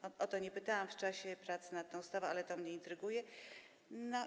O to nie pytałam w czasie prac nad tą ustawą, ale to mnie intryguje.